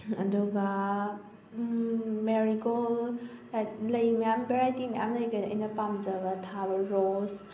ꯑꯗꯨꯒ ꯃꯦꯔꯤꯒꯣꯜ ꯂꯩ ꯃꯌꯥꯝ ꯚꯦꯔꯥꯏꯇꯤ ꯃꯌꯥꯝ ꯂꯩꯈ꯭ꯔꯦ ꯑꯩꯅ ꯄꯥꯝꯖꯕ ꯊꯥꯕ ꯔꯣꯁ